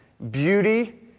beauty